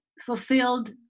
fulfilled